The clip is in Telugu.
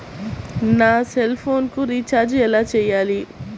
నా సెల్ఫోన్కు రీచార్జ్ ఎలా చేయాలి?